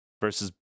versus